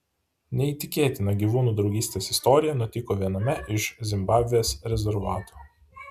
neįtikėtina gyvūnų draugystės istorija nutiko viename iš zimbabvės rezervatų